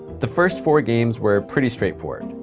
the first four games were pretty straightforward.